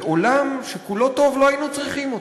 שבעולם שכולו טוב לא היינו צריכים אותה.